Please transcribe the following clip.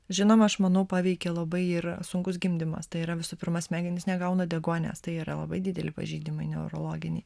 žinoma aš manau paveikė labai ir sunkus gimdymas tai yra visų pirma smegenys negauna deguonies tai yra labai dideli pažeidimai neurologiniai